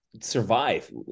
survive